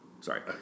Sorry